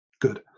Good